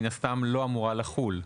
מן הסתם לא אמורה לחול.